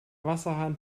wasserhahn